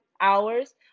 hours